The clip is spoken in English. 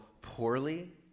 poorly